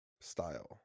style